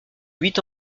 huit